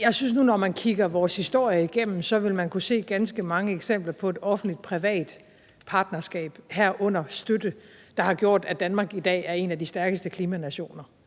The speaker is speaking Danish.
Jeg synes nu, at når man kigger vores historie igennem, vil man kunne se ganske mange eksempler på et offentligt-privat partnerskab, herunder støtte, der har gjort, at Danmark i dag er en af de stærkeste klimanationer,